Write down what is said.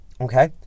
okay